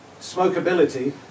smokeability